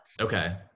Okay